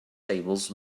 tables